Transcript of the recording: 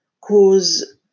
Cause